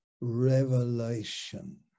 revelation